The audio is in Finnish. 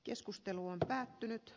keskustelu on päättynyt